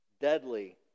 deadly